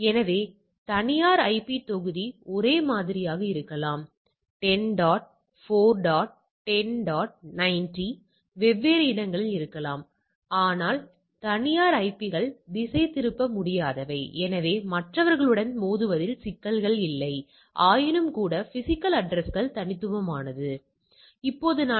எனவே என்னிடம் HPLC 1இல் செலுத்தப்பட்ட 100 மாதிரிகள் இருக்கலாம் என்னிடம் 30 நிராகரிக்கப்பட்டதாகவும் 70 ஏற்றுக்கொள்ளப்பட்டதாகவும் இருக்கலாம் என்னிடம் HPLC 2இல் செலுத்தப்பட்ட 100 110 மாதிரிகள் இருக்கலாம் என்னிடம் 40 நிராகரிக்கப்பட்டதாகவும் 70 ஏற்றுக்கொள்ளப்பட்டதாகவும் இருக்கலாம்